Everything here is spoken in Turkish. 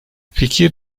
fikir